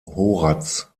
horaz